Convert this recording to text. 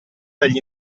degli